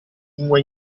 lingua